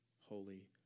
Holy